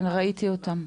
כן, ראיתי אותן.